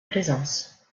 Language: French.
plaisance